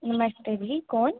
नमस्ते भाई कौन